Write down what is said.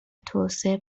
توسعه